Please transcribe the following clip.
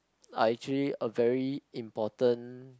are actually a very important